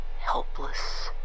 helpless